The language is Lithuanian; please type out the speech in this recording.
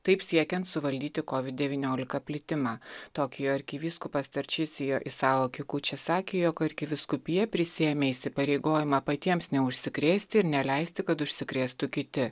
taip siekiant suvaldyti covid devyniolika plitimą tokijo arkivyskupas tarčicijo isaokikuče sakė kad arkivyskupija prisiėmė įsipareigojimą patiems neužsikrėsti ir neleisti kad užsikrėstų kiti